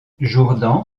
jourdan